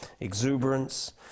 exuberance